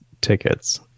tickets